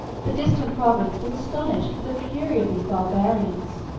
the distant province was astonished with the fury of these barbarians,